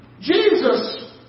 Jesus